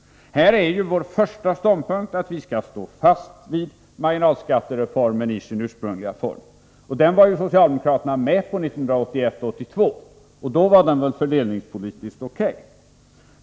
Vår första ståndpunkt är här att stå fast vid marginalskattereformen i dess ursprungliga form. Den var socialdemokraterna med på 1981/82. Då var den fördelningspolitiskt O. K.